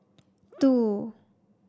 two